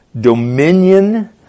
dominion